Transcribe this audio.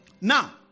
now